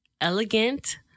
Elegant